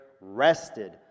rested